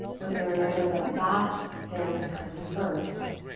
we're going to remember that that dance comes first